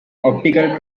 optical